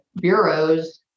bureaus